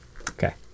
Okay